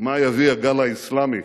מה יביא הגל האסלאמי